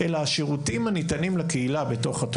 זה נכון שזה קריטריון שניסינו לכוון אותו